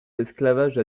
l’esclavage